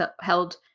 held